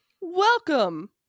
Welcome